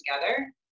together